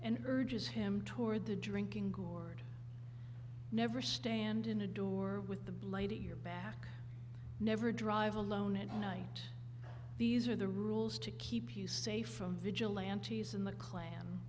and urges him toward the drinking gourd never stand in a door with the bloody your back never drive alone at night these are the rules to keep you safe from vigilantes in the clan